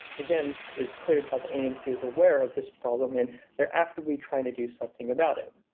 again, is cleared up. aamc is aware of this problem and they're actively trying to do something about it.